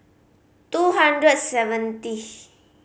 two hundred seventy